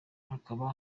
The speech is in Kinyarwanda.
hakaba